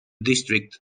district